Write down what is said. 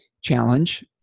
challenge